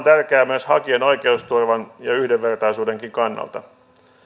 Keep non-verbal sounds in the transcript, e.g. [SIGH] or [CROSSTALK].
[UNINTELLIGIBLE] tärkeää myös hakijan oikeusturvan ja yhdenvertaisuudenkin kannalta